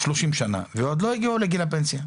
שלושים שנה, ועוד לא הגיעו לגיל הפנסיה.